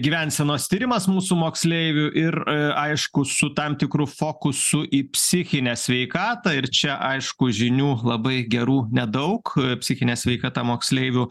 gyvensenos tyrimas mūsų moksleivių ir aišku su tam tikru fokusu į psichinę sveikatą ir čia aišku žinių labai gerų nedaug psichinė sveikata moksleivių